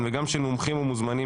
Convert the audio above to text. ינון אזולאי,